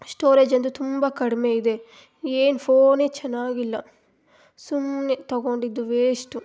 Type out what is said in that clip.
storage ಅಂತು ತುಂಬ ಕಡಿಮೆ ಇದೆ ಏನು ಫೋನೇ ಚೆನ್ನಾಗಿಲ್ಲ ಸುಮ್ಮನೆ ತಗೊಂಡಿದ್ದು ವೇಶ್ಟು